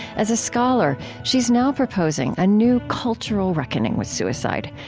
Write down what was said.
as a scholar, she's now proposing a new cultural reckoning with suicide,